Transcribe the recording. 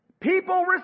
People